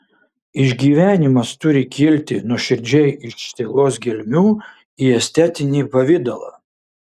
išgyvenimas turi kilti nuoširdžiai iš sielos gelmių į estetinį pavidalą